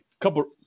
couple